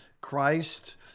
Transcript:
Christ